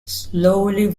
slowly